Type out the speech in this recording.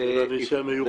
זה נשיא מיוחד.